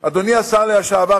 אדוני השר לשעבר,